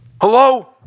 hello